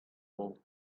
old